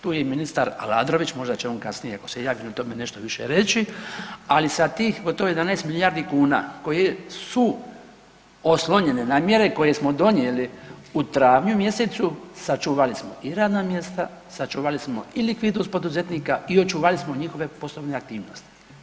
Tu je i ministar Aladrović, možda će on kasnije poslije svega o tome nešto više reći, ali sa tih gotovo 11 milijardi kuna koje su oslonjene na mjere koje smo donijeli u travnju mjesecu, sačuvali smo i radna mjesta, sačuvali smo i likvidnost poduzetnika i očuvali smo njihove poslovne aktivnosti.